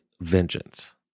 Vengeance